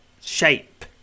shape